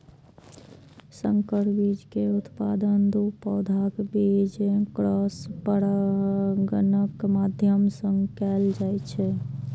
संकर बीज के उत्पादन दू पौधाक बीच क्रॉस परागणक माध्यम सं कैल जाइ छै